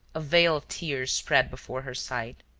a veil of tears spread before her sight.